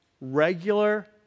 regular